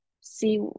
see